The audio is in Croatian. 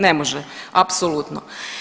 Ne može, apsolutno.